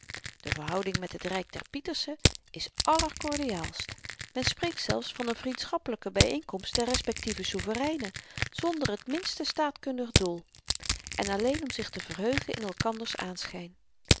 de verhouding met het ryk der pietersens is allerkordiaalst men spreekt zelfs van n vriendschappelyke byeenkomst der respektieve soevereinen zonder t minste staatkundig doel en alleen om zich te verheugen in elkanders aanschyn